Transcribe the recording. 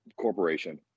corporation